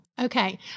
Okay